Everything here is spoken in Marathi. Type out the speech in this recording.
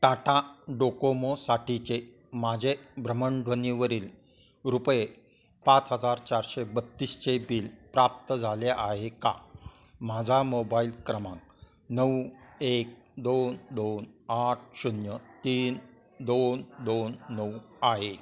टाटा डोकोमोसाठीचे माझे भ्रमणध्वनीवरील रुपये पाच हजार चारशे बत्तीसचे बिल प्राप्त झाले आहे का माझा मोबाइल क्रमांक नऊ एक दोन दोन आठ शून्य तीन दोन दोन नऊ आहे